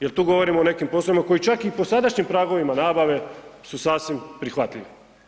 Jel tu govorimo o nekim poslovima koji čak i po sadašnjim pragovima nabave su sasvim prihvatljivi.